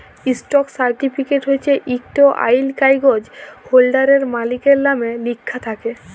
stock certificate হছে ইকট আইল কাগ্যইজ হোল্ডারের, মালিকের লামে লিখ্যা থ্যাকে